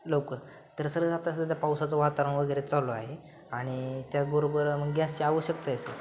लवकर तर सर सध्या पावसाचं वातावरण वगैरे चालू आहे आणि त्याचबरोबर मग गॅसची आवश्यकता आहे सर